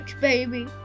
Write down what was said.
baby